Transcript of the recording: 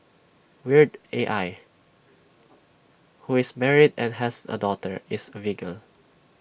weird A L who is married and has A daughter is A vegan